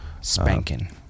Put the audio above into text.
spanking